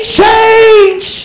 change